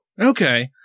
Okay